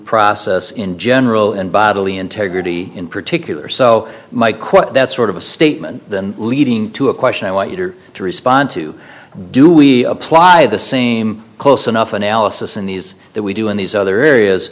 process in general and bodily integrity in particular so my quote that's sort of a statement leading to a question i want you to respond to do we apply the same close enough analysis in these that we do in these other areas